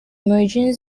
holiday